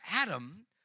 Adam